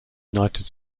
united